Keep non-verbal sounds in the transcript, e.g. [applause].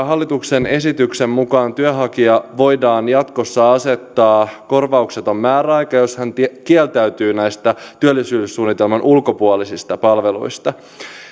[unintelligible] hallituksen esityksen mukaan työnhakijalle voidaan jatkossa asettaa korvaukseton määräaika jos hän kieltäytyy näistä työllisyyssuunnitelman ulkopuolisista palveluista